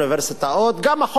גם החוק הישראלי,